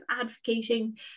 advocating